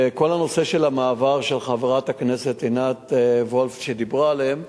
וכל הנושא של המעבר שחברת הכנסת עינת וילף דיברה עליו,